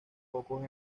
pocos